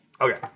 Okay